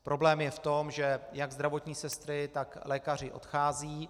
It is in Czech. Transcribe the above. Problém je v tom, že jak zdravotní sestry, tak lékaři odcházejí.